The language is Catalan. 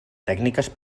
tècniques